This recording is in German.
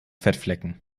fettflecken